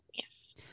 yes